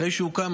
אחרי שהוא הוקם,